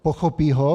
Pochopí ho?